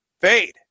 fade